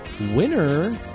Winner